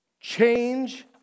Change